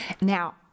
Now